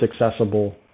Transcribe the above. accessible